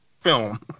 film